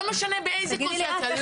לא משנה באיזו קונסטלציה,